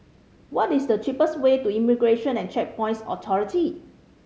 what is the cheapest way to Immigration and Checkpoints Authority